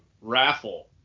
raffle